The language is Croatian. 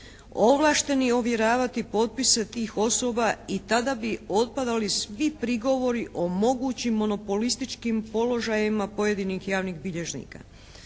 ovlašteni ovjeravati potpise tih osoba i tada bi otpadali svi prigovori o mogućim monopolističkim položajima pojedinih javnih bilježnika.